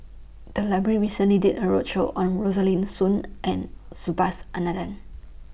The Library recently did A roadshow on Rosaline Soon and Subhas Anandan